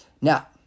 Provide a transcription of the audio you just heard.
Now